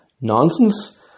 nonsense